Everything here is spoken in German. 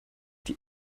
die